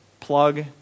Plug